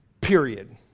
Period